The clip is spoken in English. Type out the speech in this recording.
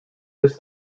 this